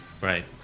Right